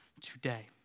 today